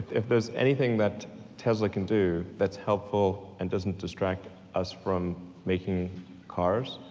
if there's anything that tesla can do that's helpful and doesn't distract us from making cars,